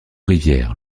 rivières